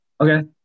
Okay